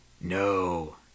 no